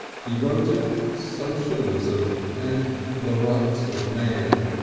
he wrote of socialism and the rights of man,